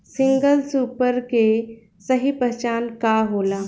Single super के सही पहचान का होला?